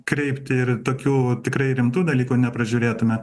kreipti ir tokių tikrai rimtų dalykų nepražiūrėtume